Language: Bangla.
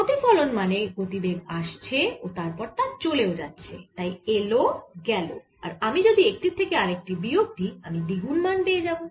প্রতিফলন মানে গতিবেগ আসছে ও তারপর তা চলেও যাচ্ছে তাই এলো গেল আর আমি যদি একটির থেকে আরেকটি বিয়োগ দিই আমি দ্বিগুন মান পেয়ে যাবো